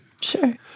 Sure